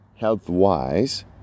health-wise